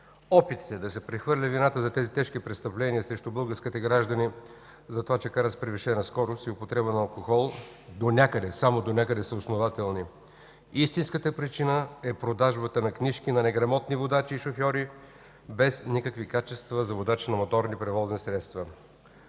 Опитите да се прехвърли вината за тези тежки престъпления срещу българските граждани – за това, че карат с превишена скорост и употреба на алкохол, донякъде, само донякъде са основателни. Истинската причина е продажбата на книжки на неграмотни водачи и шофьори, без никакви качества за водачи на моторни превозни средства.